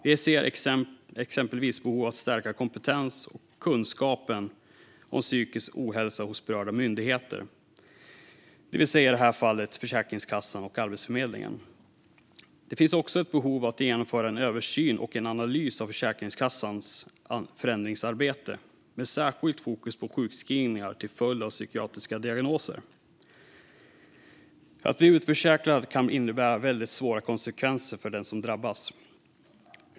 Vi ser exempelvis behov av att stärka kompetensen och kunskapen om psykisk ohälsa hos berörda myndigheter, i det här fallet Försäkringskassan och Arbetsförmedlingen. Det finns också behov av att genomföra en översyn och en analys av Försäkringskassans förändringsarbete med särskilt fokus på sjukskrivningar till följd av psykiatriska diagnoser. Att bli utförsäkrad kan innebära väldigt svåra konsekvenser för den som drabbas.